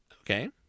Okay